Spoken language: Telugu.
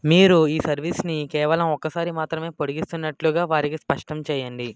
మీరు ఈ సర్వీస్ని కేవలం ఒక్కసారి మాత్రమే పొడిగిస్తున్నట్లుగా వారికి స్పష్టం చేయండి